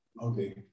Okay